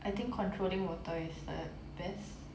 I think controlling water is the best